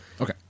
Okay